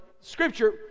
scripture